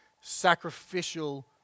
Sacrificial